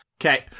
okay